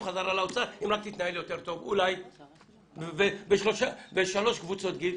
חזרה לאוצר אם רק תתנהל יותר טוב בשלוש קבוצות גיל